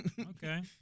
okay